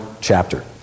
chapter